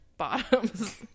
Bottoms